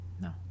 No